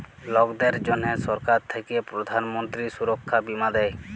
লকদের জনহ সরকার থাক্যে প্রধান মন্ত্রী সুরক্ষা বীমা দেয়